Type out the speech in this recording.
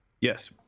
yes